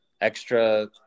extra